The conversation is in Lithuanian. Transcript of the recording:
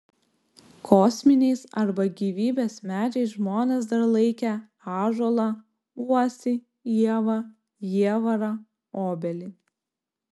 kosminiais arba gyvybės medžiais žmonės dar laikę ąžuolą uosį ievą jievarą obelį